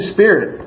Spirit